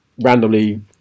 randomly